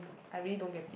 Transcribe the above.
I really don't get it